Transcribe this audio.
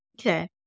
Okay